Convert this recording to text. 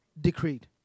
decreed